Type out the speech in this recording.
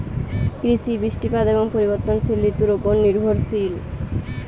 কৃষি বৃষ্টিপাত এবং পরিবর্তনশীল ঋতুর উপর নির্ভরশীল